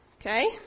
Okay